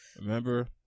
Remember